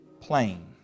plain